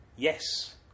Yes